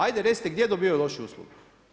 Ajde recite gdje dobivaju lošiju uslugu?